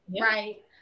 right